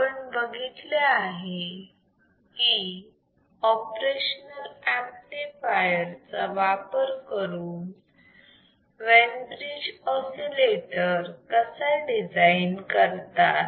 आपण हे बघितले आहे की ऑपरेशनाल ऍम्प्लिफायर चा वापर करून वेन ब्रिज ऑसिलेटर कसा डिझाईन करतात